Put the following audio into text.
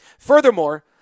Furthermore